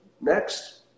Next